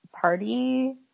party